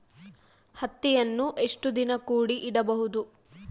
ಹತ್ತಿಯನ್ನು ಎಷ್ಟು ದಿನ ಕೂಡಿ ಇಡಬಹುದು?